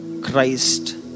Christ